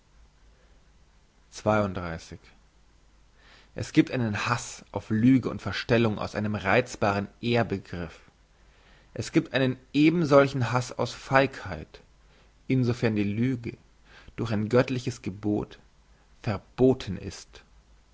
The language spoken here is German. es giebt einen hass auf lüge und verstellung aus einem reizbaren ehrbegriff es giebt einen ebensolchen hass aus feigheit insofern die lüge durch ein göttliches gebot verboten ist